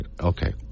Okay